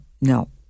no